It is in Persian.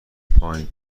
پایین